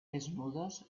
desnudos